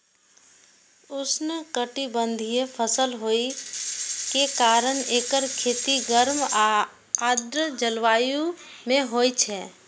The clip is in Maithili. उष्णकटिबंधीय फसल होइ के कारण एकर खेती गर्म आ आर्द्र जलवायु मे होइ छै